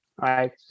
Right